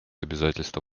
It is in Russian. обязательства